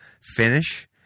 finish